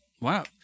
Wow